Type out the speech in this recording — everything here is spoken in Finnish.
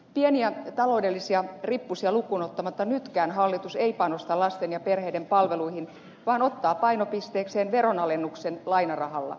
pieniä taloudellisia rippusia lukuun ottamatta nytkään hallitus ei panosta lasten ja perheiden palveluihin vaan ottaa painopisteekseen veronalennuksen lainarahalla